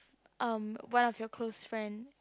um one of your close friend